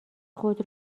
خود